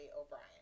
O'Brien